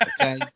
okay